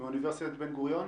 מאוניברסיטת בן גוריון,